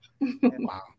wow